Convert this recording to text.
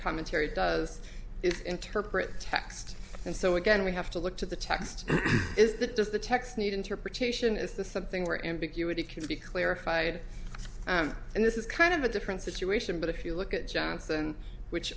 commentary does is interpreted text and so again we have to look to the text is that does the text need interpretation is the something where ambiguity can be clarified and this is kind of a different situation but if you look at johnson which